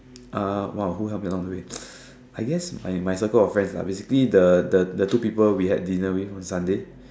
uh !wow! who help me out the way I guess my my circle of friends lah basically the the the two people we had dinner with on Sunday